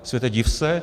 Světe div se.